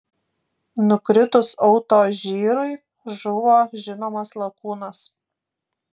nukritus autožyrui žuvo žinomas lakūnas